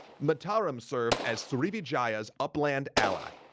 mataram served as srivijaya's upland ally.